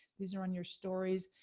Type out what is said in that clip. these are on your stories.